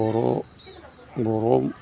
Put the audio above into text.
बर' बर'